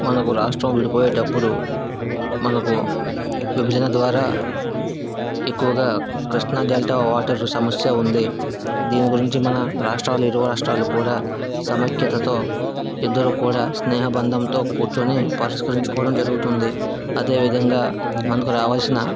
మనకు రాష్ట్రం విడిపోయేటప్పుడు మనకు విభజన ద్వారా ఎక్కువగా కృష్ణా డెల్టా వాటర్ సమస్య ఉంది దీని గురించి మన రాష్ట్రాలు ఇరు రాష్ట్రాలు కూడా సమైక్యతతో ఇద్దరు కూడా స్నేహబంధంతో కూర్చోని పరిష్కరించుకోవడం జరుగుతుంది అదేవిధంగా మనకు రావలసిన